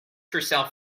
yourself